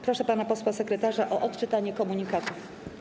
Proszę pana posła sekretarza o odczytanie komunikatów.